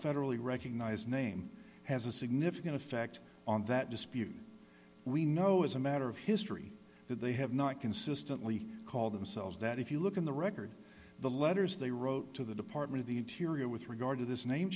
federally recognized name has a significant effect on that dispute we know as a matter of history that they have not consistently called themselves that if you look in the record the letters they wrote to the department of the interior with regard to this name